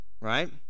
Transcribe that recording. right